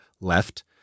left